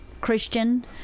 Christian